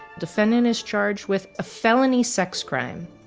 defendant is charged with a felony sex crime.